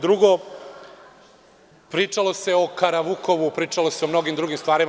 Drugo, pričalo se o Karavukovu, pričalo se o mnogim drugim stvarima.